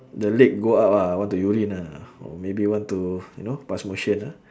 the leg go out ah want to urine ah or maybe want to you know pass motion ah